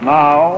now